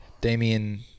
Damian